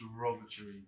derogatory